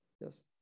yes